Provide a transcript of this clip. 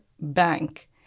bank